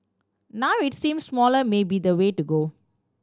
now it seems smaller may be the way to go